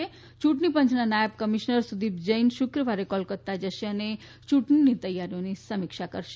યુંટણી પંચના નાયબ કમિશ્નર સુદીપ જૈન શુક્રવારે કોલકત્તા જશે અને યુંટણીની તૈયારીઓની સમીક્ષા કરશે